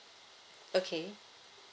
okay